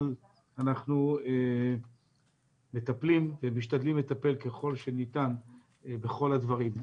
אבל אנחנו מטפלים ומשתדלים לטפל ככל שניתן בכל הדברים.